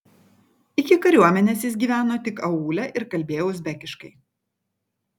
iki kariuomenės jis gyveno tik aūle ir kalbėjo uzbekiškai